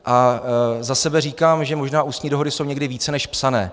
A za sebe říkám, že možná ústní dohody jsou někdy více než psané.